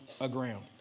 aground